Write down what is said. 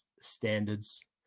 standards